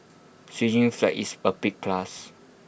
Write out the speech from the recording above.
Switzerland's flag is A big plus